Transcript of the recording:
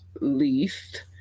least